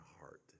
heart